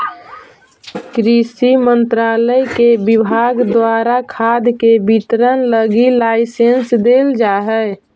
कृषि मंत्रालय के विभाग द्वारा खाद के वितरण लगी लाइसेंस देल जा हइ